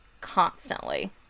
constantly